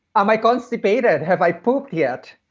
um i constipated? have i pooped yet?